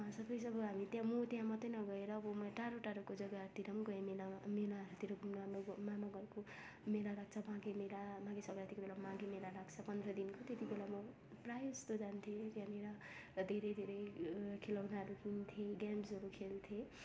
सबै जब हामी त्यहाँ म त्यहाँ मात्रै नभएर घुम्न टाढो टाढोको जग्गाहरूतिर पनि गएँ मेलामा मेलाहरूतिर घुम्न मामाको घरमा गएको मेला लाग्छ माघे मेला माघे सङ्क्रान्तिको बेला माघे मेला लाग्छ पन्ध्र दिनको त्यत्ति बेला म प्राय जस्तो जान्थेँ त्यहाँनिर धेरै धेरै खेलौनाहरू किन्थेँ गेम्सहरू खेल्थेँ